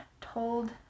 told